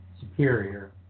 superior